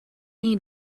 need